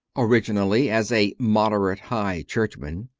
originally, as a moderate high church man,